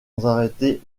arrêter